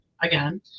again